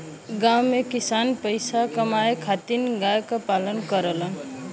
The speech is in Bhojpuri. गांव में किसान पईसा कमाए खातिर गाय क पालन करेलन